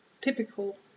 typical